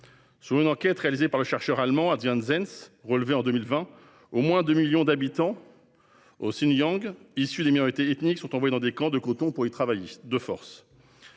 Selon une enquête réalisée par le chercheur allemand Adrian Zenz et révélée en 2020, au moins un demi-million d'habitants du Xinjiang issus des minorités ethniques sont envoyés dans les champs de coton pour y travailler de force.